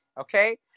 Okay